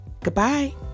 Goodbye